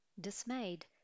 Dismayed